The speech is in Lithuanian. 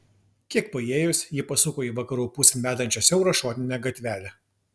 kiek paėjus ji pasuko į vakarų pusėn vedančią siaurą šoninę gatvelę